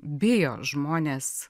bijo žmonės